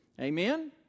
amen